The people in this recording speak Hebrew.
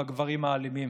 בגברים האלימים,